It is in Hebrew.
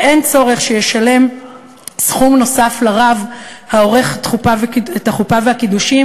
ואין צורך שהזוג ישלם סכום נוסף לרב העורך את החופה והקידושין